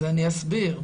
אסביר.